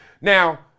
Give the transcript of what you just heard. Now